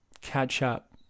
catch-up